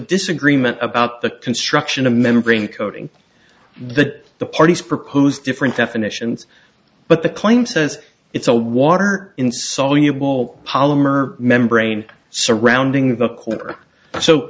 disagreement about the construction of membrane coating the the parties proposed different definitions but the claim says it's a water insoluble polymer membrane surrounding the